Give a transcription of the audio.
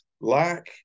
lack